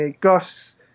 Gus